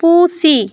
ᱯᱩᱥᱤ